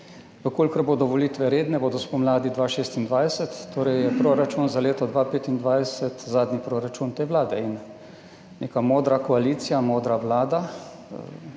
Če bodo redne volitve, bodo spomladi 2026, torej je proračun za leto 2025 zadnji proračun te vlade. Neka modra koalicija, modra vlada,